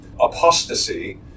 apostasy